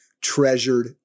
treasured